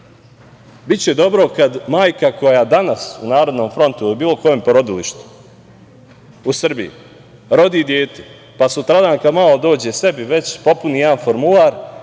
dobro kad majka koja danas u „Narodnom frontu“ ili bilo kojem porodilištu u Srbiji rodi dete, pa sutradan kad malo dođe sebi popuni jedan formular